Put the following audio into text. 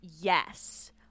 Yes